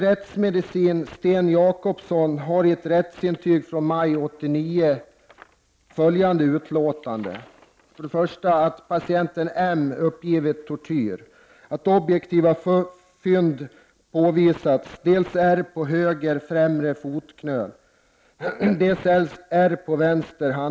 Patienten M har uppgivit att han utsatts för tortyr.